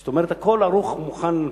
זאת אומרת, הכול ערוך ומוכן להנפקה.